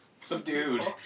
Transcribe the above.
Subdued